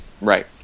Right